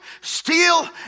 steal